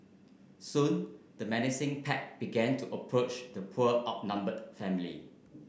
soon the menacing pack began to approach the poor outnumbered family